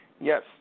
Yes